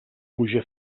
puja